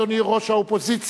אדוני ראש האופוזיציה,